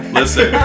Listen